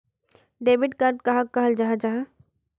Debit card कहाक कहाल जाहा जाहा?